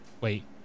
Wait